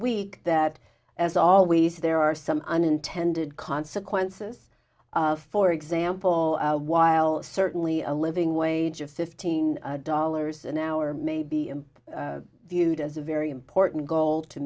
week that as always there are some unintended consequences for example while certainly a living wage of fifteen dollars an hour maybe i'm viewed as a very important goal to